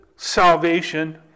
Salvation